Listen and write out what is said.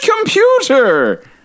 computer